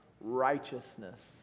righteousness